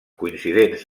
coincidents